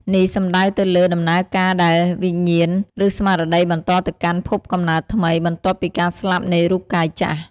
នេះសំដៅទៅលើដំណើរការដែលវិញ្ញាណ ឬស្មារតីបន្តទៅកាន់ភពកំណើតថ្មី បន្ទាប់ពីការស្លាប់នៃរូបកាយចាស់។